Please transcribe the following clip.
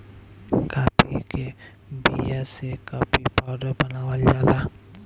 काफी के बिया से काफी पाउडर बनावल जाला